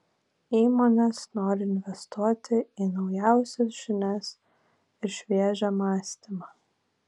įmonės nori investuoti į naujausias žinias ir šviežią mąstymą